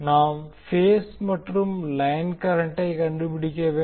நாம் பேஸ் மற்றும் லைன் கரண்டை கண்டுபிடிக்க வேண்டும்